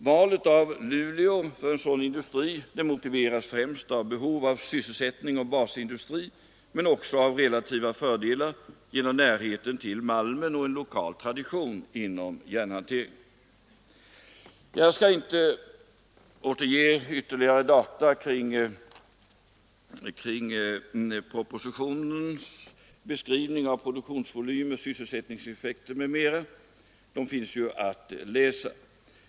Valet av Luleå för en sådan industri motiveras främst av behov av sysselsättning och basindustri men också av relativa fördelar genom närheten till malmen och en lokal tradition inom järnhanteringen. Jag skall inte återge ytterligare data kring propositionens beskrivning av produktionsvolym och sysselsättningseffekt m.m. — det finns ju att läsa.